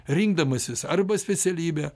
rinkdamasis arba specialybę